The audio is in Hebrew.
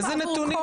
איזה נתונים?